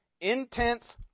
intense